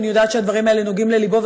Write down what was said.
אני יודעת שהדברים האלה נוגעים ללבו,